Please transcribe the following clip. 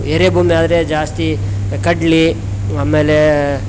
ಎರೆ ಭೂಮಿ ಆದರೆ ಜಾಸ್ತಿ ಕಡ್ಲೆ ಆಮೇಲೆ